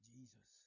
Jesus